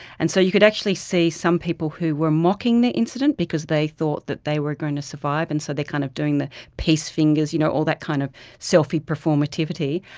and so you could actually see some people who were mocking the incident because they thought that they were going to survive, and so they were kind of doing the peace fingers, you know all that kind of selfie performativity,